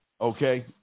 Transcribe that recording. okay